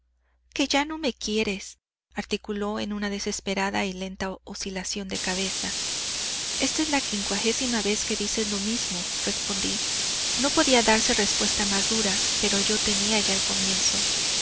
que ya no me quieres articuló en una desesperada y lenta oscilación de cabeza esta es la quincuagésima vez que dices lo mismo respondí no podía darse respuesta más dura pero yo tenía ya el comienzo